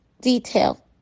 detail